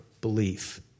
belief